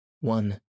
One